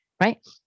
Right